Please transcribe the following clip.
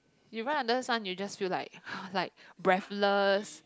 you run under sun you just feel like like breathless